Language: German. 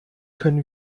können